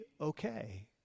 okay